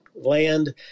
Land